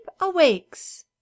awakes